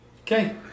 Okay